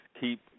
keep—